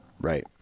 Right